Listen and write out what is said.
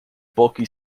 bulky